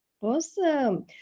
Awesome